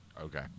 Okay